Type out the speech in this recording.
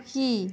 সুখী